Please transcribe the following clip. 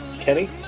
Kenny